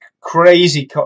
crazy